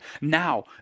now